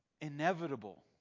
inevitable